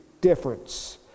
difference